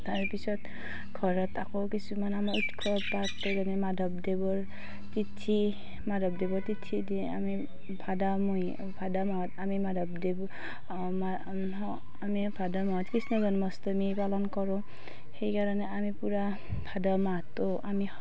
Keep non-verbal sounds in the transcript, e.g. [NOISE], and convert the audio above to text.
তাৰ পিছত ঘৰত আকৌ কিছুমান আমাৰ উৎসৱ পাৰ্বণ যেনে মাধৱদেৱৰ তিথি মাধৱদেৱৰ তিথিৰ দি আমি ভাদমহীয়া ভাদ মাহত আমি মাধৱদেৱ [UNINTELLIGIBLE] আমাৰ আমি ভাদ মাহত কৃষ্ণ জন্মাষ্টমী পালন কৰোঁ সেইকাৰণে আমি পুৰা ভাদ মাহটো আমি